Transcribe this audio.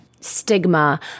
stigma